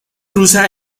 rusa